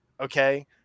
Okay